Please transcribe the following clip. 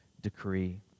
decree